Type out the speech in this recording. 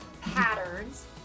patterns